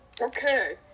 Okay